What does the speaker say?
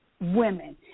women